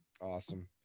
Awesome